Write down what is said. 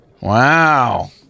Wow